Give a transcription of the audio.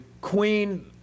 queen